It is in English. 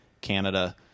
canada